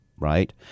Right